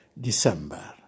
December